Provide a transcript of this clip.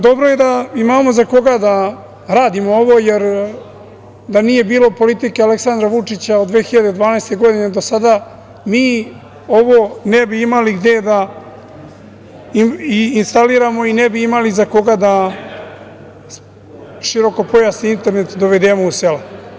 Dobro je da imamo za koga da radimo ovo, jer da nije bilo politike Aleksandra Vučića od 2012. godine do sada mi ovo ne bi imali gde da instaliramo i ne bi imali za koga da široko pojasni internet dovedemo u sela.